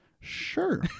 Sure